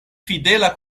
fidela